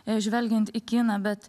žvelgiant į kiną bet